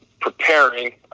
preparing